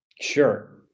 Sure